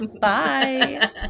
Bye